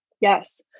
Yes